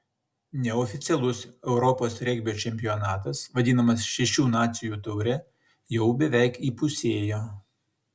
neoficialus europos regbio čempionatas vadinamas šešių nacijų taure jau beveik įpusėjo